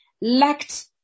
lacked